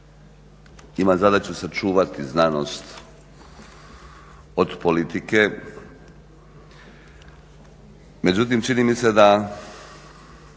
ima zadaću sačuvati znanost od politike. Međutim, čini mi se da